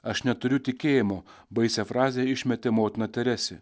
aš neturiu tikėjimo baisią frazę išmetė motina teresė